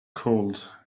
cold